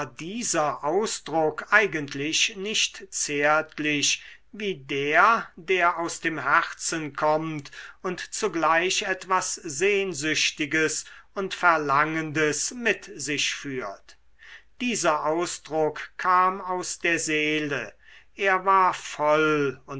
dieser ausdruck eigentlich nicht zärtlich wie der der aus dem herzen kommt und zugleich etwas sehnsüchtiges und verlangendes mit sich führt dieser ausdruck kam aus der seele er war voll